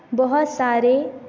बहुत सारे